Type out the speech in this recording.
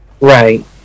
right